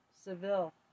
Seville